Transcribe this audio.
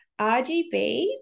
RGB